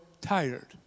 tired